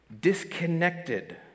disconnected